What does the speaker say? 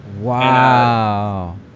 Wow